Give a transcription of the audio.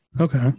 Okay